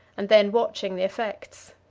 and then watching the effects.